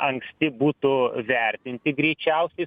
anksti būtų vertinti greičiausiai